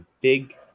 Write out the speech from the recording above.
big